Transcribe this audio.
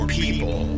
people